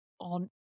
on